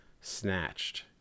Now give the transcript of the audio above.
snatched